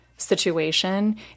Situation